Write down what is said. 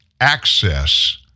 access